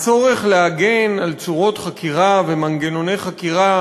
הצורך להגן על צורות חקירה ומנגנוני חקירה